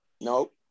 Nope